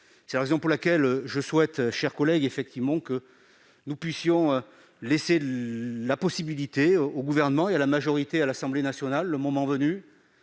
C'est la raison pour laquelle je souhaite, mes chers collègues, que nous puissions laisser la possibilité au Gouvernement et à la majorité à l'Assemblée nationale, le moment venu,